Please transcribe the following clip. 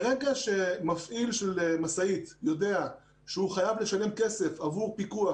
ברגע שמפעיל של משאית יודע שהוא חייב לשלם כסף עבור פיקוח,